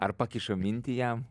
ar pakiša mintį jam